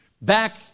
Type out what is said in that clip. back